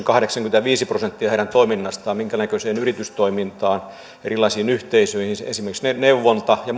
kahdeksankymmentäviisi prosenttia heidän toiminnastaan yritystoimintaan erilaisiin yhteisöihin esimerkiksi neuvontaan ja